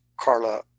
Carla